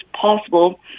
possible